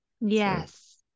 yes